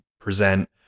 present